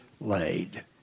laid